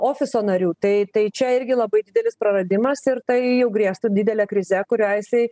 ofiso narių tai tai čia irgi labai didelis praradimas ir tai jau grėstų didele krize kurią jisai